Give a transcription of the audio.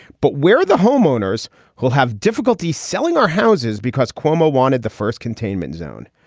but where are the homeowners who will have difficulty selling our houses? because cuomo wanted the first containment zone.